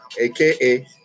aka